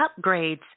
Upgrades